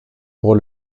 pour